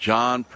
John